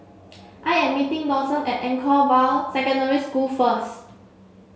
I am meeting Dawson at Anchorvale Secondary School first